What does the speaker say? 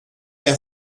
der